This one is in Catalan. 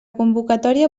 convocatòria